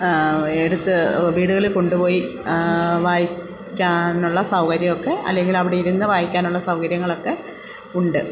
എടുത്ത് വീടുകളിൽ കൊണ്ടുപോയി വായിക്കാനുള്ള സൗകര്യമൊക്കെ അല്ലെങ്കിൽ അവിടെ ഇരുന്ന് വായിക്കാനുള്ള സൗകര്യങ്ങളൊക്കെ ഉണ്ട്